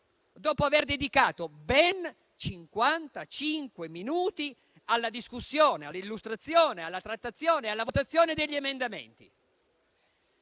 dopo aver dedicato ben cinquantacinque minuti alla discussione, all'illustrazione, alla trattazione e alla votazione degli emendamenti.